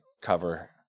cover